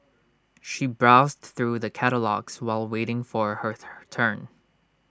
she browsed through the catalogues while waiting for her turn